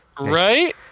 right